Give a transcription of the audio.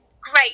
great